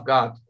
God